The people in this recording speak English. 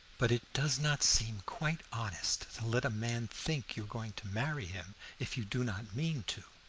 but it does not seem quite honest to let a man think you are going to marry him if you do not mean to.